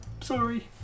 Sorry